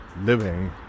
living